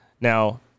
Now